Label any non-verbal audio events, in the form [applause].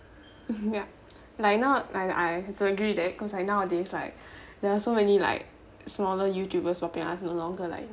ya like now like I could agree that cause I nowadays like [breath] there are so many like smaller youtubers no longer like